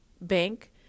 bank